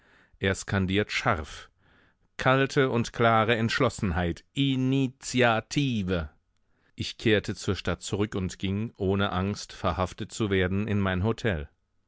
er skandiert scharf kalte und klare entschlossenheit i ni ti a tive ich kehrte zur stadt zurück und ging ohne angst verhaftet zu werden in mein hotel